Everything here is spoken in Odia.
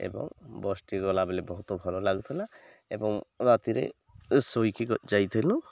ଏବଂ ବସ୍ଟି ଗଲାବେଲେ ବହୁତ ଭଲ ଲାଗୁଥିଲା ଏବଂ ରାତିରେ ଶୋଇକି ଯାଇଥିଲୁ